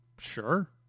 Sure